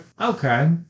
Okay